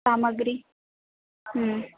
सामग्र्यः